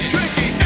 Tricky